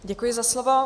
Děkuji za slovo.